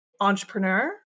entrepreneur